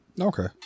Okay